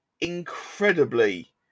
incredibly